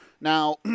Now